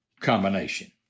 Combination